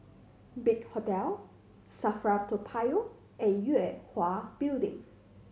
Big Hotel SAFRA Toa Payoh and Yue Hwa Building